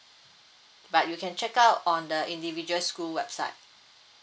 but you can check out on the individual school website